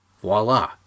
Voila